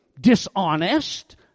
dishonest